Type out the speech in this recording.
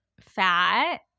fat